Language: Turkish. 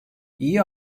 iyi